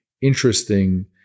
interesting